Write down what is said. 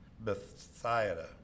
Bethsaida